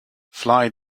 fly